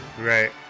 Right